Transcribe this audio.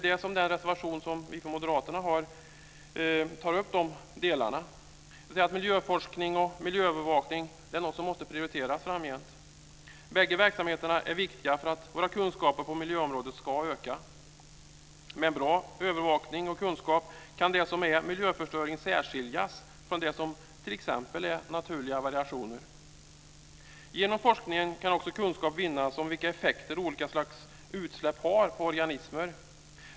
I den reservation som vi från Moderaterna har tas de delarna upp, dvs. att miljöforskning och miljöövervakningen är något som måste prioriteras framgent. Bägge verksamheterna är viktiga för att våra kunskaper på miljöområdet ska öka. Med en bra övervakning och kunskap kan det som är miljöförstöring särskiljas från det som t.ex. är naturliga variationer. Genom forskningen kan också kunskap vinnas om vilka effekter olika slags utsläpp har på organismer.